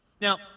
Now